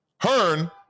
Hearn